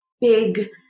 big